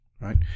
right